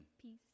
peace